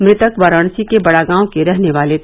मृतक वाराणसी के बड़ागांव के रहने वाले थे